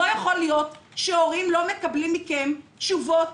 לא יכול להיות שהורים לא מקבלים מכם תשובות